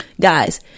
Guys